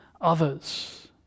others